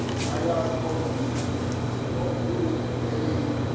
and i ask all of you stop putting any